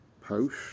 post